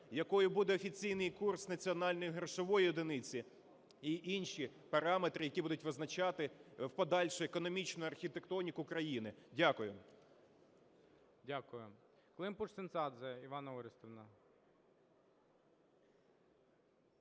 якою буде офіційний курс національної грошової одиниці, і інші параметри, які будуть визначати в подальшому економічну архітектоніку країни. Дякую. ГОЛОВУЮЧИЙ. Дякую. Климпуш-Цинцадзе Іванна Орестівна.